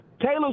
Taylor